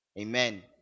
Amen